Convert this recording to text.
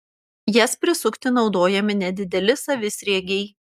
jas prisukti naudojami nedideli savisriegiai